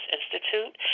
Institute